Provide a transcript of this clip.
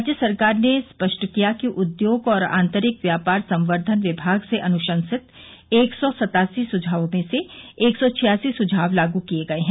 राज्य सरकार ने स्पष्ट किया कि उद्योग और आंतरिक व्यापार संवर्धन विभाग से अनुशंसित एक सौ सत्तासी सुझावों में से एक सौ छियासी सुझाव लागू किए गए हैं